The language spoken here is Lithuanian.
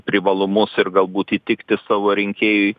privalumus ir galbūt įtikti savo rinkėjui